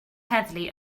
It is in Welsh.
heddlu